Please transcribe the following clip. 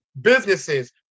businesses